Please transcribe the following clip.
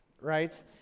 right